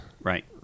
right